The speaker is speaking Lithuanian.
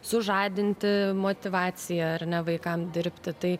sužadinti motyvaciją ar ne vaikam dirbti tai